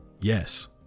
Yes